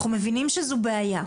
אנחנו מבינים שזו בעיה.